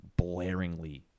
blaringly